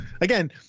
Again